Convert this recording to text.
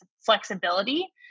flexibility